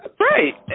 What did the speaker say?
Right